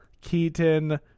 Keaton